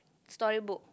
story book